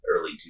early